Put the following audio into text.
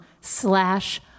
slash